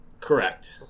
Correct